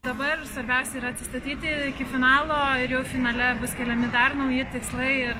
dabar savęs ir atsistatyti iki finalo finale bus keliami dar nauji tikslai ir